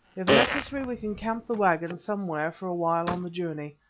if necessary we can camp the waggons somewhere for a while on the journey.